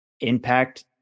impact